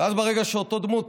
ואז, ברגע שאותה דמות